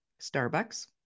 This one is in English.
Starbucks